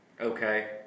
Okay